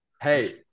Hey